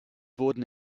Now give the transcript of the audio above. wurden